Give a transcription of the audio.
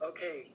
Okay